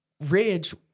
Ridge